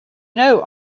know